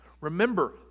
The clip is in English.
Remember